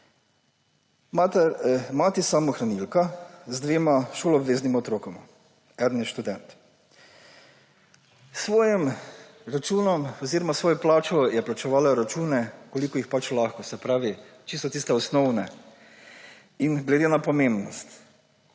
Mati samohranilka z dvema šoloobveznima otrokoma, eden je študent. S svojo plačo je plačevala račune, kolikor jih pač lahko, se pravi čisto tiste osnovne in glede na pomembnost.